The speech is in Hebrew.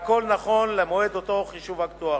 והכול נכון למועד אותו חישוב אקטוארי.